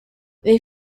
they